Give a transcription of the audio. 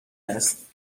است